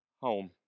Home